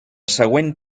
següent